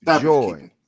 joy